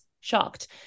shocked